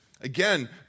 Again